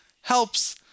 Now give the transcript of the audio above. helps